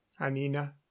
anina